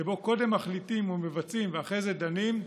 שבו קודם מחליטים ומבצעים ואחרי זה דנים,